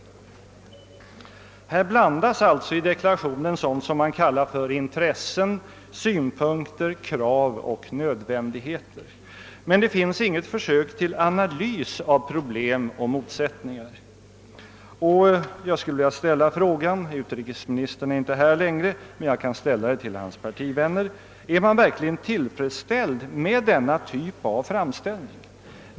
I deklarationen blandas alltså sådant som benämns intressen, synpunkter, krav och nödvändigheter. Men det finns inget försök till analys av problem och motsättningar. Jag skulle vilja ställa frågan — utrikesministern är inte kvar i kammaren längre men jag kan ställa den till hans partivänner: Är utrikesministern själv verkligen tillfredsställd med denna typ av framställning?